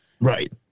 Right